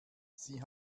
sie